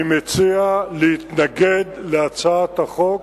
אני מציע להתנגד להצעת החוק